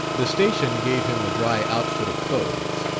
the station gave him a dry outfit of clothes,